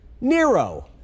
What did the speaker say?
Nero